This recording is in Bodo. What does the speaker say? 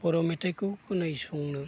बर' मेथाइखौ खोनासंनो